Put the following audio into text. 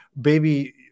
baby